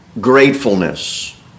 gratefulness